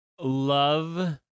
love